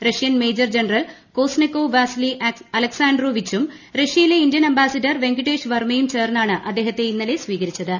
Russian major general കൊസ്നെകോ Vasily അലക്സാണ്ട്രോ വിച്ചും റഷ്യയിലെ ഇന്ത്യൻ അംബാസിഡർ വെങ്കിടേഷ് വർമ്മയും ചേർന്നാണ് അദ്ദേഹത്തെ ഇന്നലെ സ്വീകരിച്ചത്